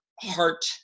heart